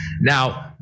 Now